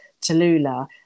Tallulah